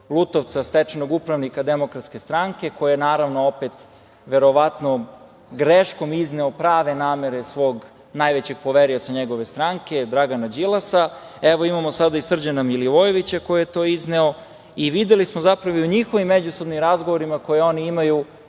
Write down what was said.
Lutovca, stečenog upravnika DS koja naravno opet verovatno greškom izneo prave namere svog najvećeg poverioca njegove stranke, Dragana Đilasa. Evo, imamo sada i Srđana Milivojevića koji je to izneo. Videli smo zapravo i u njihovim međusobnim razgovorima koje oni imaju